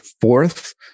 fourth